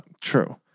True